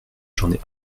journée